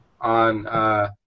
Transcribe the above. on